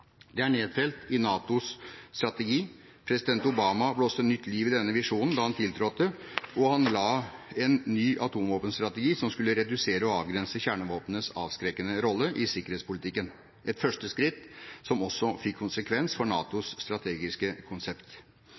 Det er nedfelt i NATOs strategi. President Obama blåste nytt liv i denne visjonen da han tiltrådte, og han la en ny atomvåpenstrategi som skulle redusere og avgrense kjernevåpnenes avskrekkende rolle i sikkerhetspolitikken – et første skritt, som også fikk konsekvens for NATOs strategiske konsept.